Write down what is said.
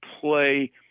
play –